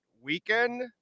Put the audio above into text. weekend